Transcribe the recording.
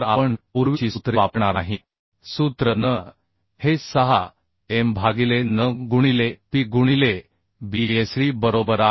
तर आपण पूर्वीची सूत्रे वापरणार नाही सूत्र n हे 6M भागिले n गुणिले P गुणिले Bsd बरोबर